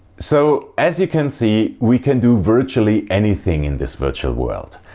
so as you can see, we can do virtually anything in this virtual world.